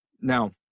now